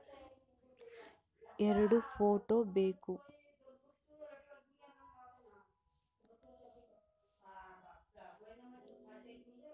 ಎರಡು ಫೋಟೋ ಬೇಕಾ?